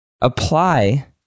Apply